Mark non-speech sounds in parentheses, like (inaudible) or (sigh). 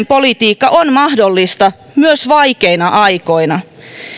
(unintelligible) politiikka on mahdollista myös vaikeina aikoina